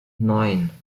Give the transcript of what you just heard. neun